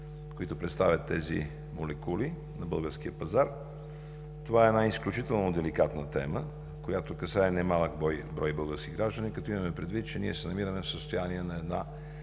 които представят тези молекули на българския пазар. Темата е изключителна деликатна, касае немалък брой български граждани, като имаме предвид, че се намираме в състояние на